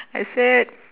I said